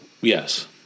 Yes